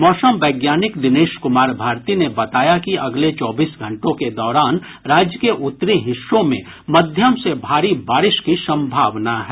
मौसम वैज्ञानिक दिनेश कुमार भारती ने बताया कि अगले चौबीस घंटों के दौरान राज्य के उत्तरी हिस्सों में मध्यम से भारी बारिश की संभावना है